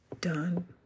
done